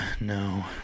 no